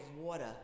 water